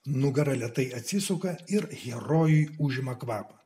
nugara lėtai atsisuka ir herojui užima kvapą